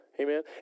Amen